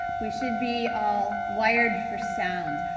we should be all wired for sound.